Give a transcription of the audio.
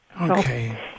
Okay